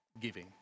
giving